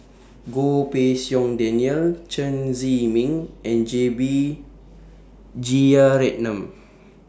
Goh Pei Siong Daniel Chen Zhiming and J B Jeyaretnam